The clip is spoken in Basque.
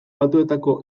batuetako